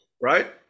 right